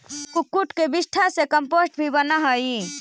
कुक्कुट के विष्ठा से कम्पोस्ट भी बनअ हई